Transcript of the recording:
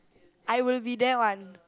I will be there one